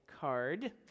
card